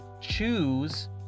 choose